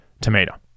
tomato